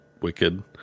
wicked